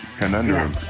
conundrum